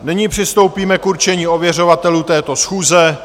Nyní přistoupíme k určení ověřovatelů této schůze.